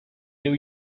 new